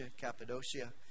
Cappadocia